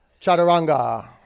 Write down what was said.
Chaturanga